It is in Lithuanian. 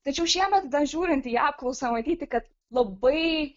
tačiau šiemet dar žiūrint į apklausą matyti kad labai